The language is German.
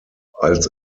als